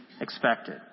expected